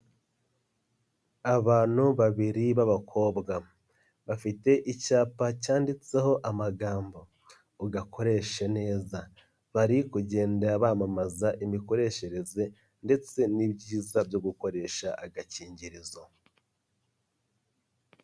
Abantu babiri b'abakobwa bafite icyapa cyanditseho amagambo ugakoreshe neza, bari kugenda bamamaza imikoreshereze ndetse n'ibyiza byo gukoresha agakingirizo.